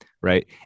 right